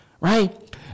right